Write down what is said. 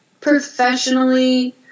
Professionally